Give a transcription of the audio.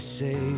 say